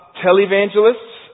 televangelists